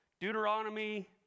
Deuteronomy